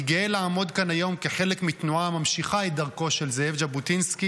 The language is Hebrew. אני גאה לעמוד כאן היום כחלק מתנועה הממשיכה את דרכו של זאב ז'בוטינסקי,